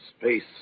space